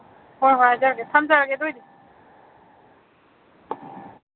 ꯍꯣꯏ ꯍꯣꯏ ꯑꯗꯨꯏꯗꯤ ꯊꯝꯖꯔꯒꯦ ꯑꯗꯨꯏꯗꯤ